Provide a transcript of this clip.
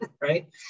right